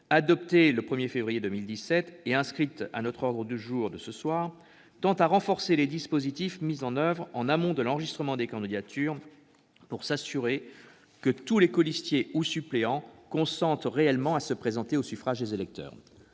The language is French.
nationale le 1 février 2017 et inscrite aujourd'hui à notre ordre du jour, tend à renforcer les dispositifs mis en oeuvre en amont de l'enregistrement des candidatures pour s'assurer que tous les colistiers ou suppléants consentent réellement à se présenter au suffrage des électeurs.